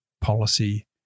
policy